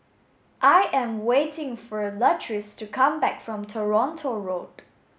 I am waiting for Latrice to come back from Toronto Road